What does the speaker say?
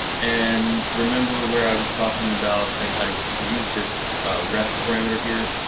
and remember where i was talking about i used this ref parameter here?